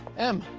em.